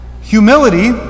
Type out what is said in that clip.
Humility